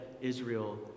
Israel